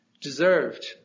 deserved